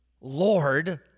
Lord